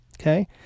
okay